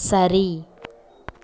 சரி